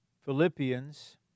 Philippians